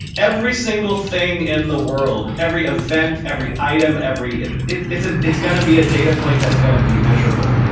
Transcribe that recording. every single thing in the world, every event, every item, every it's it's ah going to be a data point that's going to be measurable.